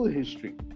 history